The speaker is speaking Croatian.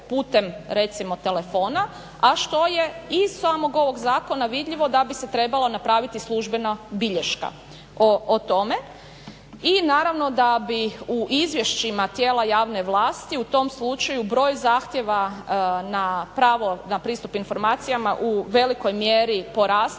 putem recimo telefona, a što je iz samog ovog zakona vidljivo da bi se trebalo napraviti službena bilješka o tome i naravno da bi u izvješćima tijela javne vlasti u tom slučaju broj zahtjeva na pravo na pristup informacijama u velikoj mjeri porastao